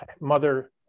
mother